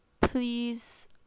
Please